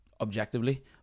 objectively